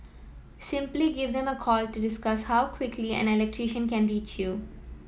simply give them a call to discuss how quickly an electrician can reach you